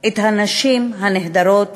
את הנשים הנהדרות